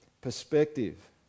perspective